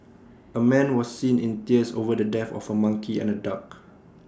A man was seen in tears over the death of A monkey and A duck